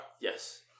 Yes